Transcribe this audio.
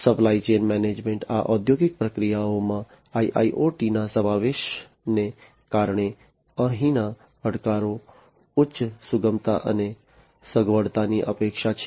supply chain management આ ઔદ્યોગિક પ્રક્રિયાઓમાં IIoTના સમાવેશને કારણે અહીંના પડકારો ઉચ્ચ સુગમતા અને સગવડતાની અપેક્ષા છે